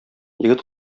егет